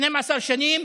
12 שנים